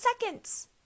seconds